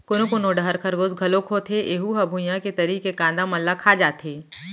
कोनो कोनो डहर खरगोस घलोक होथे ऐहूँ ह भुइंया के तरी के कांदा मन ल खा जाथे